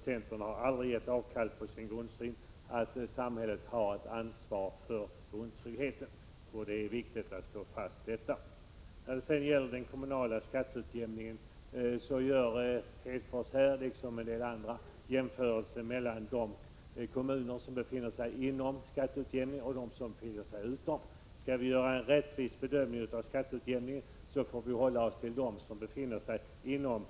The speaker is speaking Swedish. Centern har aldrig gett avkall på sin grundsyn att samhället har ett ansvar för grundtryggheten. Det är viktigt att slå fast detta. När det sedan gäller den kommunala skatteutjämningen gör Lars Hedfors, liksom en del andra, jämförelser mellan de kommuner som befinner sig inom skatteutjämningsområdet och dem som är utanför. Skall vi göra en rättvis bedömning av skatteutjämningen får vi hålla oss till de kommuner som befinner sig inom